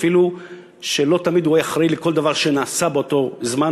אפילו שלא תמיד הוא היה אחראי לכל דבר שנעשה באותו זמן,